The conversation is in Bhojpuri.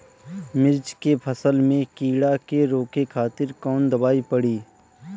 मिर्च के फसल में कीड़ा के रोके खातिर कौन दवाई पड़ी?